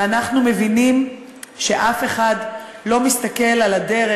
ואנחנו מבינים שאף אחד לא מסתכל על הדרך,